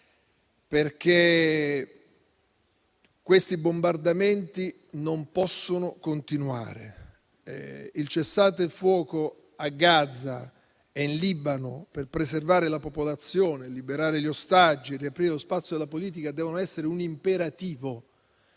perché questi bombardamenti non possono continuare. Il cessate il fuoco a Gaza e in Libano, per preservare la popolazione, liberare gli ostaggi e riaprire lo spazio della politica, dev'essere un imperativo.